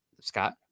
Scott